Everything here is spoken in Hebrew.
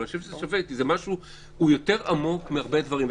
זה משהו שהוא יותר עמוק מהרבה דברים.